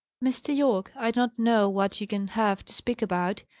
mr. yorke, i do not know what you can have to speak about,